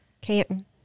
Canton